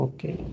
Okay